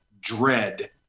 dread